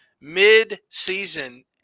mid-season